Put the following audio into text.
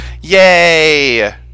Yay